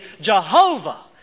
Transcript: Jehovah